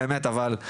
אבל באמת חבר'ה,